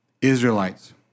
Israelites